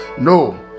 No